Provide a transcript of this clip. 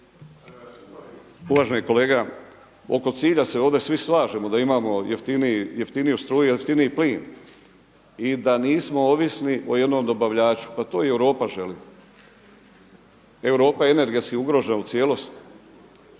Uvaženi kolega oko cilja se ovdje svi slažemo da imamo jeftiniju struju, jeftiniji plin i da nismo ovisni o jednom dobavljaču. Pa to i Europa želi. Europa je energetski ugrožena u cijelosti.